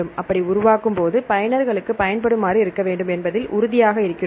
அப்படி உருவாக்கும் போது பயனர்களுக்கு பயன்படுமாறு இருக்க வேண்டும் என்பதில் உறுதியாக இருக்கிறோம்